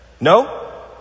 No